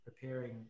preparing